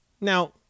now